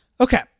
Okay